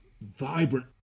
vibrant